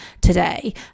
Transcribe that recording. today